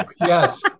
Yes